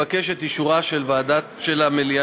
התשע"ה